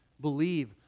believe